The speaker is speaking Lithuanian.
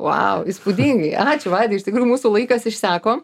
vau įspūdingai ačiū vaidai iš tikrųjų mūsų laikas išseko